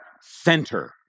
center